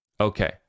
Okay